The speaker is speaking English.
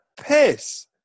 piss